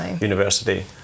university